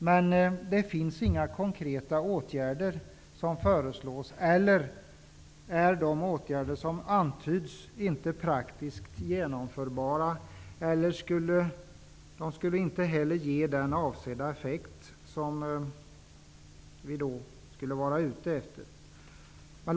Men antingen föreslår de inga konkreta åtgärder eller så är de åtgärder som antyds inte praktiskt genomförbara. De skulle inte heller ge den avsedda effekten.